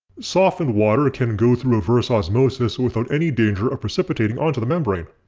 softened water can go through reverse osmosis without any danger of precipitating onto the membrane.